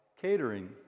catering